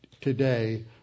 today